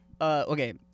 okay